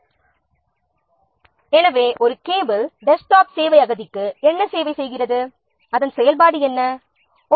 எனவே ஹார்ட்வேரின் ஒவ்வொரு பாகமும் அதாவது ஒரு கேபிள் டெஸ்க்டாப் சர்வர்கள் என்ன வகையான செயல்பாட்டைச் செய்யும் மற்றும் அதன் செயல்பாடு என்ன என்பதை ஆராய வேண்டும்